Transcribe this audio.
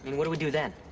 and what do we do then?